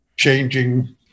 changing